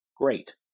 great